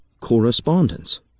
correspondence